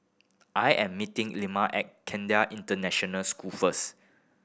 I am meeting at International School first